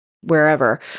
wherever